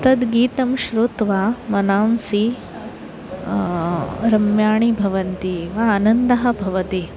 तद्गीतं श्रुत्वा मनांसि रम्याणि भवन्ति वा अनन्दः भवति